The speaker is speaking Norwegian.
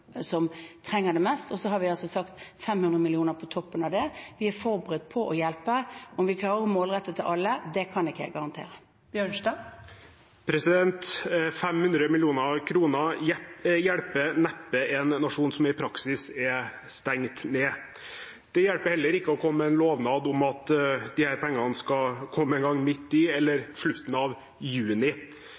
trenger det mest. Og så har vi altså sagt 500 mill. kr på toppen av det. Vi er forberedt på å hjelpe. Om vi klarer å målrette til alle, kan jeg ikke garantere. Sivert Bjørnstad – til oppfølgingsspørsmål. 500 mill. kr hjelper neppe en nasjon som i praksis er stengt ned. Det hjelper heller ikke å komme med en lovnad om at disse pengene skal komme en gang i midten eller slutten av juni.